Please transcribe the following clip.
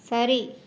சரி